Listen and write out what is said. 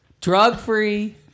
drug-free